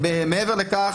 מעבר לכך,